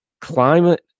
Climate